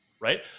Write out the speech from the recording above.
right